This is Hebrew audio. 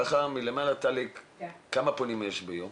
כמה פונים ביום?